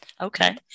okay